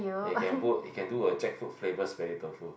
you can put you can do a jackfruit flavour smelly tofu